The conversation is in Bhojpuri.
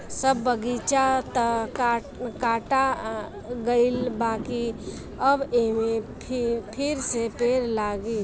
सब बगीचा तअ काटा गईल बाकि अब एमे फिरसे पेड़ लागी